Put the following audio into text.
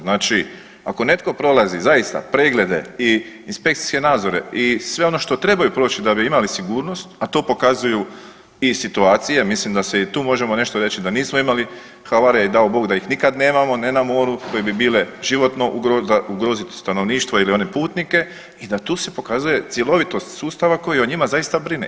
Znači ako netko prolazi zaista preglede i inspekcijske nadzore i sve ono što trebaju proći da bi imali sigurnost, a to pokazuju i situacije i mislim da se i tu možemo nešto reći da nismo imali havare i dao Bog da ih nikad nemamo ne na moru koje bi bile životno za ugrozit stanovništvo ili one putnike i da tu se pokazuje cjelovitost sustava koji o njima zaista brine.